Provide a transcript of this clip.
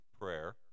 prayer